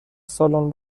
سالن